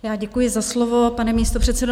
Já děkuji za slovo, pane místopředsedo.